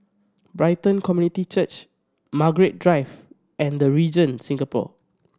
Brighton Community Church Margaret Drive and The Regent Singapore